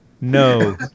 no